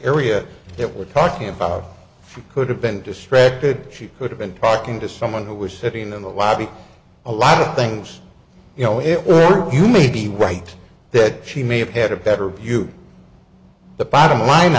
area that we're talking about you could have been distracted she could have been talking to someone who was sitting in the lobby a lot of things you know it well you may be right that she may have had a better view but bottom line